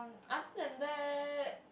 other than that